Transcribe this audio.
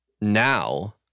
Now